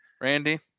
Randy